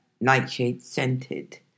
nightshade-scented